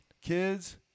kids